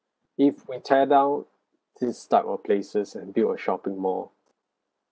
if we tear down these type of places and build a shopping mall